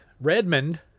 Redmond